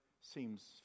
seems